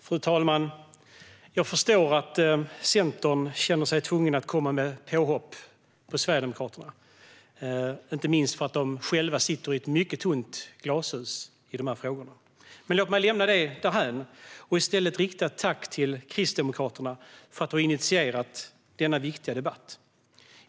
Fru talman! Jag förstår att Centern känner sig tvungen att komma med påhopp på Sverigedemokraterna, inte minst för att Centern själv sitter i ett mycket tunt glashus i de här frågorna. Låt mig lämna det därhän och i stället rikta ett tack till Kristdemokraterna för att ha initierat denna viktiga debatt.